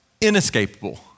inescapable